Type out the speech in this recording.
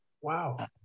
Wow